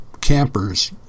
campers